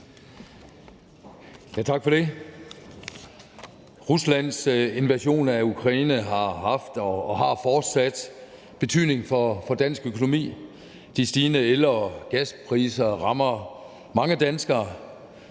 Tak for det. Ruslands invasion af Ukraine har haft og har fortsat betydning for dansk økonomi. De stigende el- og gaspriser rammer mange danskere,